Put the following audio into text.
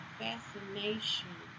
fascination